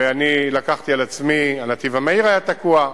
ואני לקחתי על עצמי, הנתיב המהיר היה תקוע,